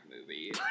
movie